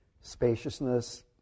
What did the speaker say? Spaciousness